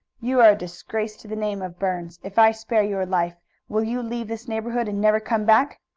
you are a disgrace to the name of burns. if i spare your life will you leave this neighborhood and never come back?